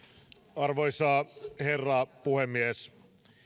arvoisa herra puhemies